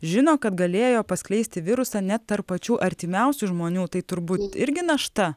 žino kad galėjo paskleisti virusą net tarp pačių artimiausių žmonių tai turbūt irgi našta